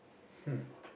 hmm